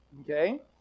Okay